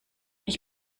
ich